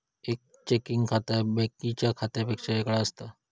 एक चेकिंग खाता बाकिच्या खात्यांपेक्षा वेगळा असता